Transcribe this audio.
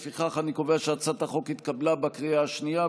לפיכך, אני קובע שהצעת החוק התקבלה בקריאה שנייה.